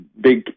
big